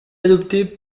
adopté